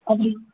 அப்படி